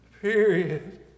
Period